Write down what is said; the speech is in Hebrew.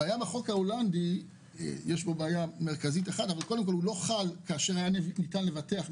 הבעיה בחוק ההולנדי היא שהוא לא חל כאשר היה ניתן לבטח,